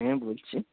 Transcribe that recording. হ্যাঁ বলছি